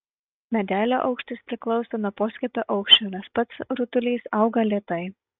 medelio aukštis priklauso nuo poskiepio aukščio nes pats rutulys auga lėtai